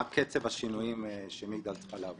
עשר דקות